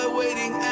waiting